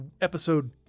episode